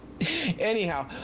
anyhow